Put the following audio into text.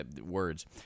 words